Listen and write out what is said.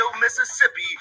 Mississippi